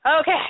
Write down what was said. Okay